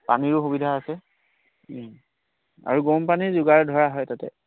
পানীৰো সুবিধা আছে আৰু গৰম পানী যোগাৰ ধৰা হয় তাতে